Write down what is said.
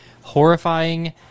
horrifying